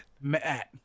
Matt